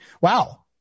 Wow